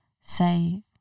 say